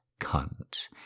cunt